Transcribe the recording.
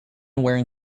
wearing